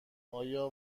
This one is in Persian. آیا